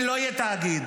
לא יהיה תאגיד,